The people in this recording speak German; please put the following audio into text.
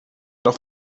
doch